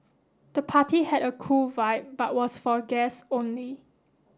the party had a cool vibe but was for guests only